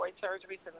surgery